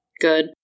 good